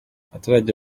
abaturage